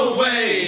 Away